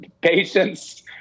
patience